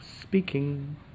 speaking